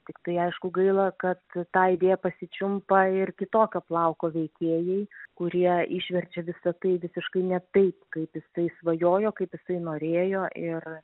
tiktai aišku gaila kad tą idėją pasičiumpa ir kitokio plauko veikėjai kurie išverčia visa tai visiškai ne taip kaip jisai svajojo kaip jisai norėjo ir